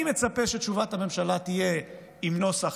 אני מצפה שתשובת הממשלה תהיה עם נוסח